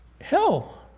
hell